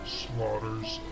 slaughters